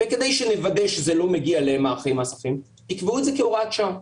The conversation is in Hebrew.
וכדי שנוודא שזה לא מגיע --- תקבעו את זה כהוראת שעה.